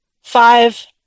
five